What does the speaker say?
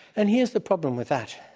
and here's the problem with that,